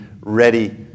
ready